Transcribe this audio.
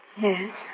Yes